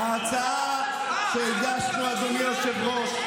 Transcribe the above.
ההצעה שהגשנו, אדוני היושב-ראש,